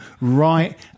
right